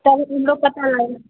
तब हमरो पता लागल